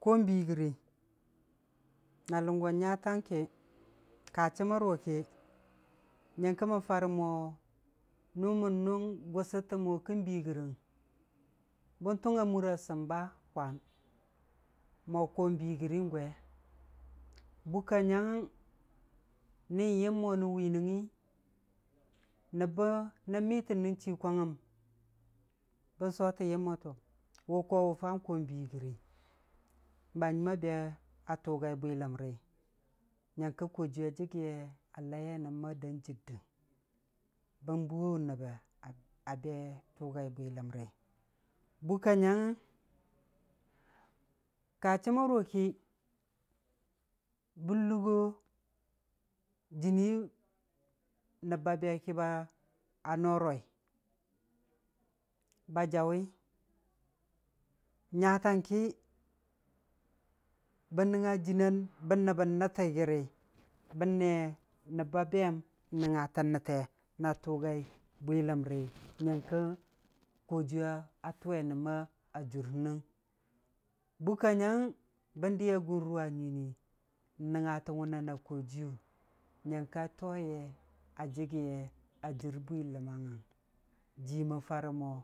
Koo bii gəri, na lʊngon nyatang ki ka chəmmər wʊ ki, nyəngkə mən farə mo, nʊmən nʊng gʊsʊtə mo kən bii gərəng bən tʊng a mʊra samba mo koon bii gəri gwe, bukka nyangngəng, ni yəm mo nən wiinangngi, nəb bə nən miltən nən chii kwangngəm, bən sotən yəm mo to, wʊ koowʊ fa koon bii gəri, ba hanjiim a be a tʊgai bwiləmri, nyəngkə koojiiyu a jəgiyea laʊwe nən me a dan jɨddəng, bən buwo wʊ nəbbe, a be tʊgai bwiləmri, Bukka nyangngəng, ka chəmmər wʊ ki, bən luggo jɨnii, nəb ba be kiba a noroi, ba jaʊwi nya kang ki, nangnga jɨnii bən nəbbən nəttə gəri, bən ne nəb ba beem, nəngnga tən nətte na tʊgai bwilamri nyangka koojiyuwa tuwe nən ma a jɨrhənəng Bukka nyangngəng, bən ɗiya gʊnrʊwa nyiinii wi n'nəngngatən wʊnan a koojiiyu, nyəngka toye a jəggiye a jɨr bwilaməng ngəng jima faremo.